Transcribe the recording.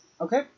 Okay